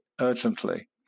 urgently